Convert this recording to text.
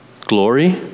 Glory